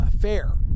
fair